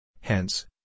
Hence